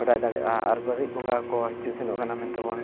ᱵᱟᱰᱟᱭ ᱫᱟᱲᱮᱭᱟᱜᱼᱟ ᱟᱨ ᱵᱟᱹᱬᱬᱲᱤᱡ ᱵᱚᱸᱜᱟ ᱠᱚ ᱦᱤᱡᱩᱜ ᱥᱮᱱᱚᱜ ᱠᱟᱱᱟ ᱢᱮᱱᱛᱮᱵᱚᱱ